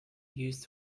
used